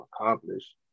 accomplished